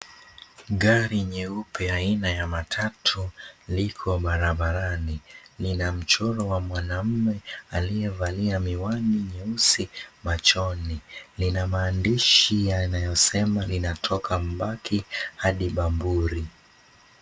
Gari nyeupe aina ya matatu liko barabarani, lina mchoro wa mwanamme aliyevalia miwani nyeusi machoni. Lina maandishi lilalosema linatoka Mbaki hadi Bamburi.